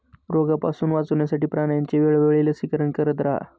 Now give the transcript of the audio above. रोगापासून वाचवण्यासाठी प्राण्यांचे वेळोवेळी लसीकरण करत रहा